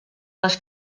les